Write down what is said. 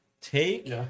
Take